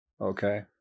Okay